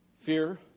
fear